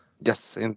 Yes